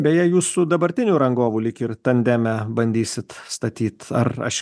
beje jūsų dabartinių rangovų lyg ir tandeme bandysit statyt ar aš